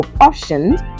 options